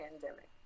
pandemic